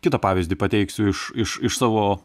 kitą pavyzdį pateiksiu iš iš iš savo